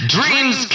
Dreams